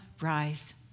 rise